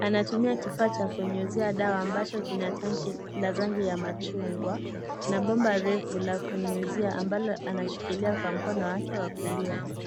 anatumia kifaa cha kunyunyizia dawa ambayo kina tanki la rangi ya machungwa na bomba refu la kunyunyizia ambalo analishikilia kwa mkono wake wa kulia.